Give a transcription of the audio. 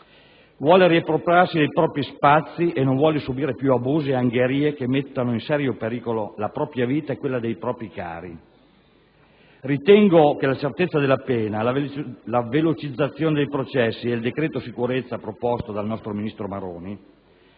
Vuole riappropriarsi dei propri spazi e non vuole più subire abusi o angherie che mettano in serio pericolo la propria vita e quella dei propri cari. Ritengo che la certezza della pena, la velocizzazione dei processi e il decreto sicurezza proposto dal nostro ministro Maroni,